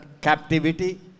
captivity